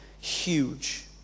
huge